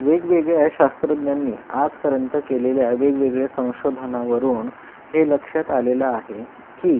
वेगवेगळ्या शास्त्रज्ञांनी आजपर्यंत केलेल्या वेगवेगळ्या संशोधनावरून हे लक्षात आलेलं आहे की